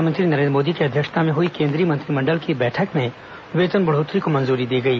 प्रधानमंत्री नरेन्द्र मोदी की अध्यक्षता में हई केंद्रीय मंत्रिमंडल की बैठक में वेतन बढ़ोत्तरी को मंजूरी दी गई